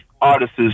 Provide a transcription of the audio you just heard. artists